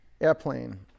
Airplane